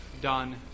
done